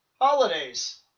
holidays